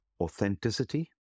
authenticity